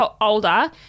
older